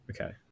okay